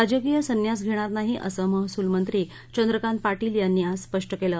राजकीय संन्यास घ्यार नाही असं महसूल मंत्री चंद्रकांत पाटील यांनी आज स्पष्ट क्वि